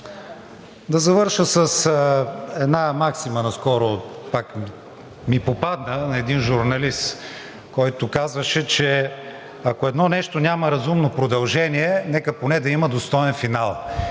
да завърша с една максима – наскоро ми попадна, на един журналист, който казваше, че ако едно нещо няма разумно продължение, нека поне да има достоен финал.